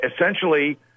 Essentially